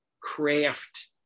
craft